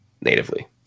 natively